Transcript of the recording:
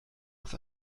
aus